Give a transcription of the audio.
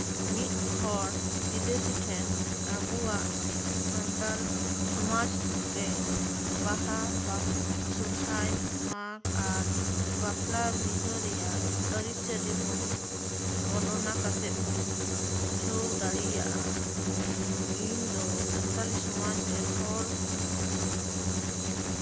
ᱢᱤᱫ ᱦᱚᱲ ᱵᱤᱫᱮᱥᱤ ᱴᱷᱮᱱ ᱟᱵᱚᱣᱟᱜ ᱥᱟᱱᱛᱟᱲ ᱥᱚᱢᱟᱡᱽ ᱨᱮ ᱵᱟᱦᱟ ᱥᱚᱨᱦᱟᱭ ᱢᱟᱜᱷᱽ ᱟᱨ ᱵᱟᱯᱞᱟ ᱵᱤᱦᱟᱹ ᱨᱮᱭᱟᱜ ᱟᱹᱨᱤᱪᱟᱹᱞᱤ ᱵᱚᱱ ᱵᱚᱨᱱᱚᱱᱟ ᱠᱟᱛᱮᱫ ᱵᱚᱱ ᱵᱩᱡᱷᱟᱹᱣ ᱫᱟᱲᱮᱭᱟᱜᱼᱟ ᱤᱧ ᱫᱚ ᱥᱟᱱᱛᱟᱲᱤ ᱥᱚᱢᱟᱡᱽ ᱨᱮᱱ ᱦᱚᱲ ᱠᱟᱹᱱᱟᱹᱧ